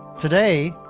today,